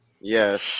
Yes